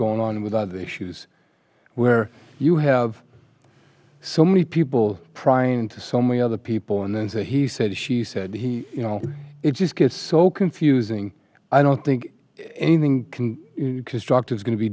going on with other issues where you have so many people prying into so many other people and then say he said she said he you know it just gets so confusing i don't think anything can structure is going to be